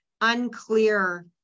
unclear